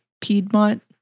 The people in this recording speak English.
Piedmont